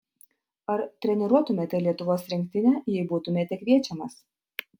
ar treniruotumėte lietuvos rinktinę jei būtumėte kviečiamas